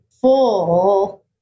full